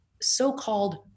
so-called